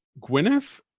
Gwyneth